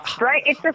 Right